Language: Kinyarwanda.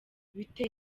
biteye